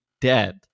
dead